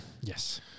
yes